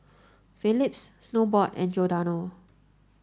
Philips Snowbrand and Giordano